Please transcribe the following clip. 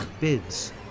bids